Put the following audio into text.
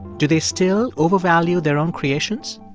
do they still overvalue their own creations?